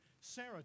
Sarah